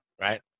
right